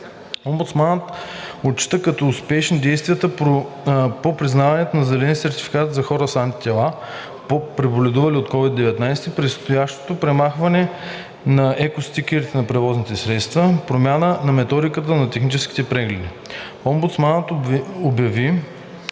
Омбудсманът отчита като успешни действията по признаването на зелен сертификат за хората с антитела, преболедували от COVID-19, предстоящото премахване на екостикерите на превозните средства, промяната на методиката за техническите прегледи. Омбудсманът обяви,